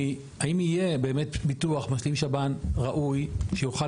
האם יהיה באמת ביטוח משלים שב"ן ראוי שיוכל